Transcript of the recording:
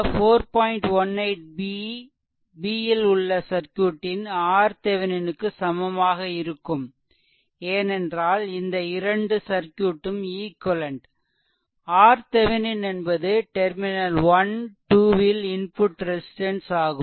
18 b உள்ள சர்க்யூட்டின் RThevenin க்கு சமமாக இருக்கும் ஏனென்றால் இந்த இரண்டு சர்க்யூட்டும் ஈக்வெலென்ட் RThevenin என்பது டெர்மினல் 1 2 ல் இன்புட் ரெசிஸ்ட்டன்ஸ் ஆகும்